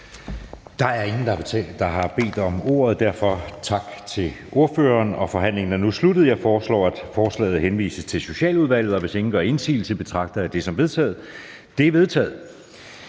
Der er ingen, der har bedt om ordet, så derfor tak til ordføreren for forslagsstillerne. Forhandlingen er nu sluttet. Jeg foreslår, at forslaget til folketingsbeslutning henvises til Socialudvalget. Og hvis ingen gør indsigelse, betragter jeg det som vedtaget. Det er vedtaget.